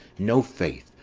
no faith,